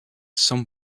some